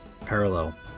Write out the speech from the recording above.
parallel